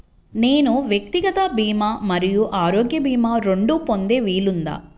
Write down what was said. నేను వ్యక్తిగత భీమా మరియు ఆరోగ్య భీమా రెండు పొందే వీలుందా?